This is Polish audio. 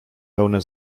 pełne